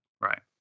Right